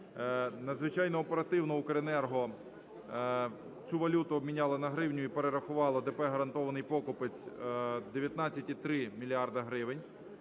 надзвичайно оперативно Укренерго цю валюту обміняло на гривню і перерахувало ДП "Гарантований покупець" 19,3 мільярда